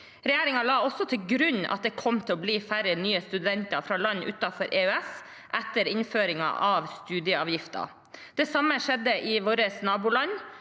Regjeringen la også til grunn at det kom til å bli færre nye studenter fra land utenfor EØS etter innføringen av studieavgiften. Det samme skjedde i våre naboland